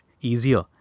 easier